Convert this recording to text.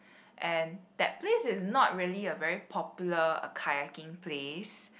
and that place is not really a very popular a kayaking place